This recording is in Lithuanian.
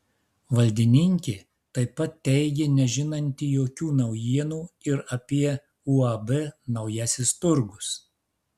valdininkė taip pat teigė nežinanti jokių naujienų ir apie uab naujasis turgus